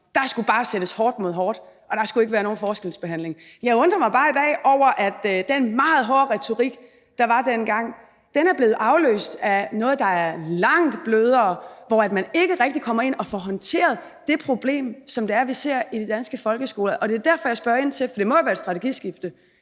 der skulle bare sættes hårdt mod hårdt, og der skulle ikke være nogen forskelsbehandling. Jeg undrer mig bare i dag over, at den meget hårde retorik, der var dengang, er blevet afløst af noget, der er langt blødere, hvor man ikke rigtig kommer ind og får håndteret det problem, som vi ser i de danske folkeskoler, og det er derfor, jeg spørger ind til – for det må være et strategiskifte